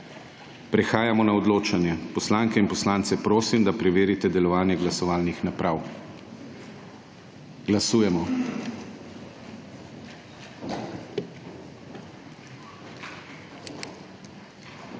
Prehajamo na odločanje. Poslanske in poslance prosim, da preverijo delovanje glasovalnih naprav. Glasujemo.